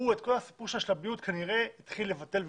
את כל הסיפור של השלביות הוא כנראה התחיל לבטל ולצמצם.